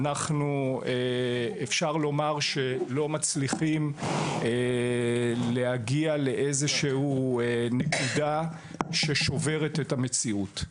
אפשר לומר שאנחנו לא מצליחים להגיע לאיזו שהיא נקודה ששוברת את המציאות.